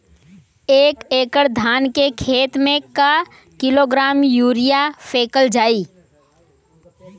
एक एकड़ धान के खेत में क किलोग्राम यूरिया फैकल जाई?